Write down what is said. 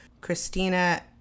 Christina